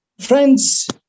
Friends